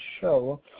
show